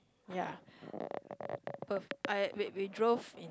ya Perth I we we drove in